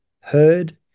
heard